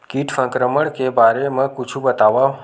कीट संक्रमण के बारे म कुछु बतावव?